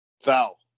Foul